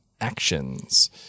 actions